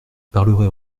parlerai